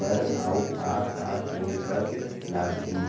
बर अऊ का का करे बर लागही?